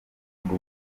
ibiro